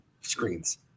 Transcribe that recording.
screens